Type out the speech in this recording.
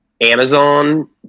amazon